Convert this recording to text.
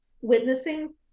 witnessing